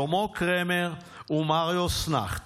שלמה קרמר ומריוס נכט.